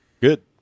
Good